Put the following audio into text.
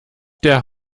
der